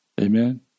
Amen